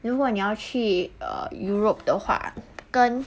如果你要去 err europe 的话跟